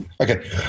Okay